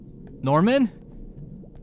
Norman